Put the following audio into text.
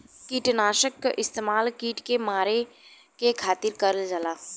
किटनाशक क इस्तेमाल कीट के मारे के खातिर करल जाला